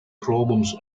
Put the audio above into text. problems